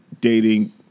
dating